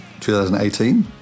2018